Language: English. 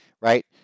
Right